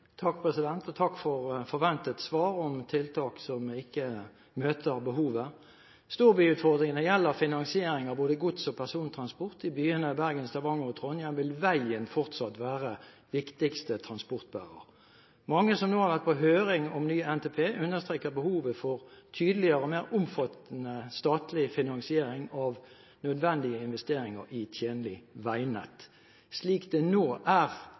Takk for forventet svar om tiltak som ikke møter behovet. Storbyutfordringene gjelder finansiering av både gods- og persontransport. I byene Bergen, Stavanger og Trondheim vil veien fortsatt være viktigste transportbærer. Mange som har vært med på høring om ny NTP, understreker behovet for tydeligere og mer omfattende statlig finansiering av nødvendige investeringer i tjenlig veinett. Slik det nå er,